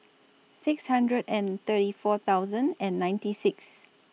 six hundred and thirty four thousand and ninety six